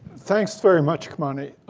thanks very much, kimani.